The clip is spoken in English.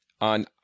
on